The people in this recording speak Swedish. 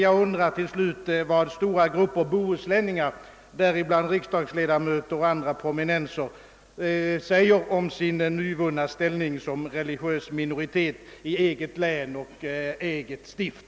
Jag undrar till slut vad stora grupper bohuslänningar, däribland riksdagsledamöter och andra prominenser, säger om sin nyvunna ställning som religiös minoritet i eget län och eget stift.